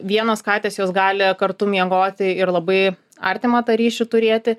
vienos katės jos gali kartu miegoti ir labai artimą tą ryšį turėti